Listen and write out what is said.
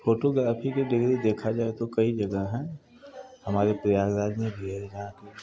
photography के degree देखा जाए तो कई जगह हैं हमारे प्रयागराज में भी है यहाँ भी